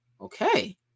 Okay